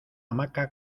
hamaca